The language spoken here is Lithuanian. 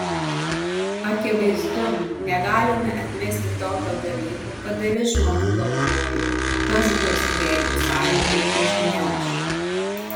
akivaizdu negalime atmesti tokio dalyko kad dalis žmonių galvojo kas bus jeigu sąjūdį užgniauš